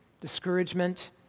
discouragement